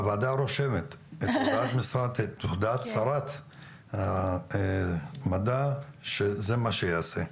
הוועדה רושמת את הודעת שרת המדע שזה מה שייעשה,